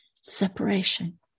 separation